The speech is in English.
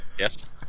Yes